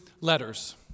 letters